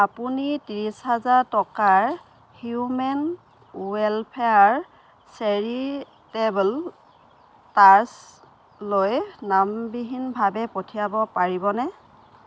আপুনি ত্ৰিছ হাজাৰ টকাৰ হিউমেন ৱেলফেয়াৰ চেৰিটেবল ট্ৰাষ্ট লৈ নামবিহীনভাৱে পঠিয়াব পাৰিবনে